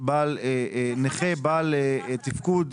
בעל תפקוד,